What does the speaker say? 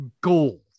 Gold